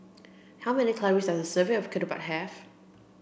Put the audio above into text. how many calories does a serving of Ketupat have